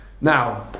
Now